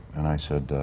and i said,